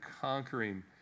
conquering